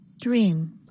Dream